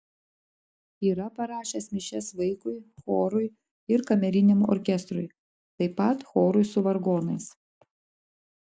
yra parašęs mišias vaikui chorui ir kameriniam orkestrui taip pat chorui su vargonais